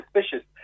suspicious